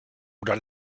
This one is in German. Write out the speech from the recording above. oder